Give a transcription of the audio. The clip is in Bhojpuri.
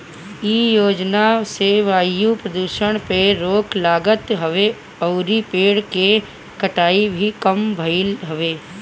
इ योजना से वायु प्रदुषण पे रोक लागत हवे अउरी पेड़ के कटाई भी कम भइल हवे